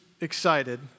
excited